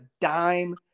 dime